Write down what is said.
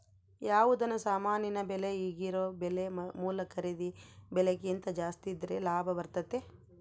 ಯಾವುದನ ಸಾಮಾನಿನ ಬೆಲೆ ಈಗಿರೊ ಬೆಲೆ ಮೂಲ ಖರೀದಿ ಬೆಲೆಕಿಂತ ಜಾಸ್ತಿದ್ರೆ ಲಾಭ ಬರ್ತತತೆ